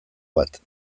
bat